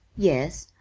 yes,